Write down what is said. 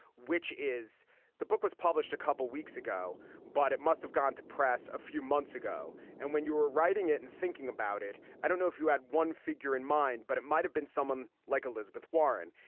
which is the book was published a couple weeks ago, but it must have gone to press a few months ago. and when you were writing it and thinking about it, i don't know if you had one figure in mind, but it might have been someone like elizabeth warren.